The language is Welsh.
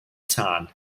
tân